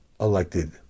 elected